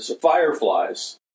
fireflies